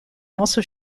also